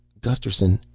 gusterson,